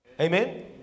amen